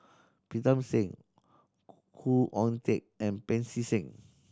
Pritam Singh Khoo Oon Teik and Pancy Seng